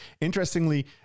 Interestingly